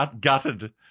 gutted